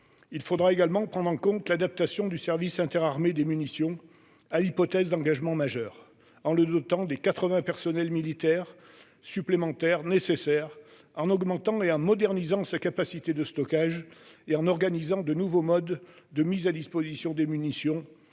Il faudra également prendre en compte l'adaptation du service interarmées des munitions à l'hypothèse d'engagement majeur en le dotant des quatre-vingts personnels militaires supplémentaires nécessaires, en augmentant et en modernisant sa capacité de stockage et en organisant de nouveaux modes de mise à disposition des munitions,